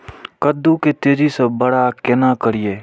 कद्दू के तेजी से बड़ा केना करिए?